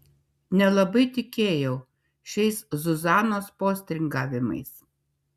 nelabai tikėjau šiais zuzanos postringavimais